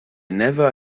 never